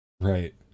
Right